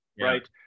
right